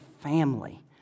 family